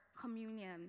communion